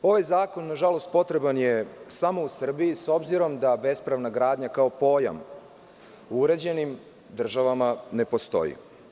Ovaj zakon, nažalost, potreban je samo u Srbiji, s obzirom da bespravna gradnja kao pojam u uređenim državama ne postoji.